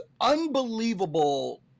unbelievable